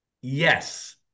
Yes